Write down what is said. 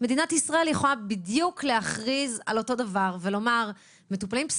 מנהלת מחלקה ומייצגת כאן גם את בתי החולים הפסיכיאטריים,